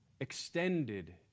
extended